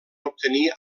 obtenir